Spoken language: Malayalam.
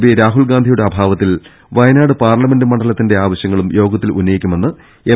പി രാഹുൽ ഗാന്ധിയുടെ അഭാവത്തിൽ വയനാട്ട് പാർലമെന്റ് മണ്ഡലത്തിന്റെ ആവശ്യങ്ങളും യോഗത്തിൽ ഉന്നയിക്കുമെന്ന് എം